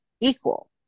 Equal